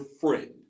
friend